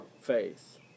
faith